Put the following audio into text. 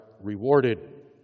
rewarded